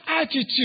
attitude